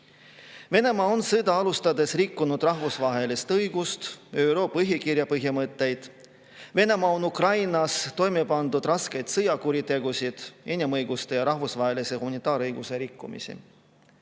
Venemaa on sõda alustades rikkunud rahvusvahelist õigust, ÜRO põhikirja põhimõtteid. Venemaa on Ukrainas toime pannud raskeid sõjakuritegusid, inimõiguste ja rahvusvahelise humanitaarõiguse rikkumisi.